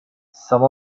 some